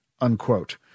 unquote